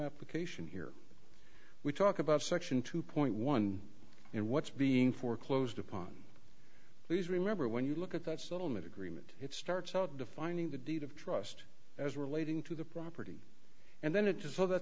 application here we talk about section two point one and what's being foreclosed upon please remember when you look at that settlement agreement it starts out defining the deed of trust as relating to the property and then